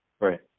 Right